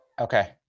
Okay